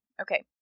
Okay